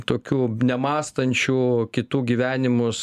tokių nemąstančių kitų gyvenimus